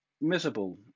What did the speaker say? miserable